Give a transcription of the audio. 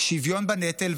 שוויון בנטל,